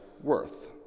worth